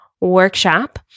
Workshop